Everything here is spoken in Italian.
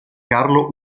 carlo